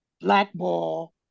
blackball